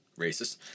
racist